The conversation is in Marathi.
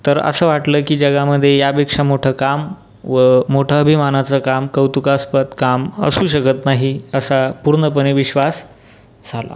तर असं वाटलं की जगामध्ये यापेक्षा मोठं काम व मोठं अभिमानचं काम कौतुकास्पद काम असू शकत नाही असा पूर्णपणे विश्वास झाला